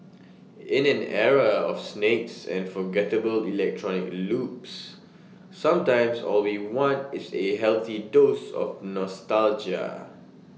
in an era of snakes and forgettable electronic loops sometimes all we want is A healthy dose of nostalgia